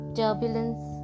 turbulence